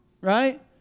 right